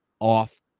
off